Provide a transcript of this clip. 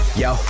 yo